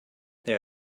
there